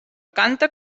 canta